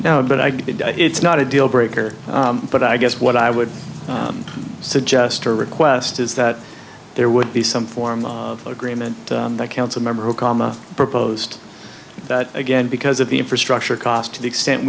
now but i did it's not a deal breaker but i guess what i would suggest or request is that there would be some form of agreement that council member okama proposed that again because of the infrastructure cost to the extent